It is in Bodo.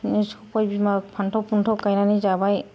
बिदिनो सबाइ बिमा फानथाव फुनथाव गायनानै जाबाय